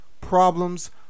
Problems